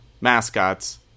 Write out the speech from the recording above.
mascots